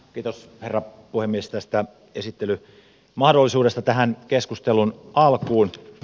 kiitos herra puhemies tästä esittelymahdollisuudesta tähän keskustelun alkuun